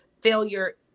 Failure